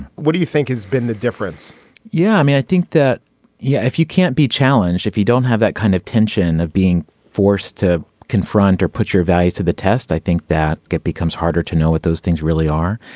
what do you think has been the difference yeah i mean i think that yeah if you can't be challenged if you don't have that kind of tension of being forced to confront or put your values to the test. i think that it becomes harder to know what those things really are.